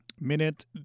Minute